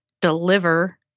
deliver